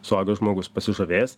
suaugęs žmogus pasižavės